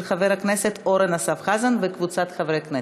של חבר הכנסת אורן אסף חזן וקבוצת חברי הכנסת.